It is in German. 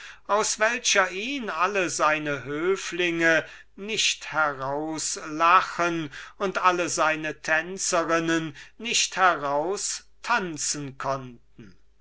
aus welcher ihn alle seine höflinge nicht herauslachen und alle seine tänzerinnen nicht heraustanzen konnten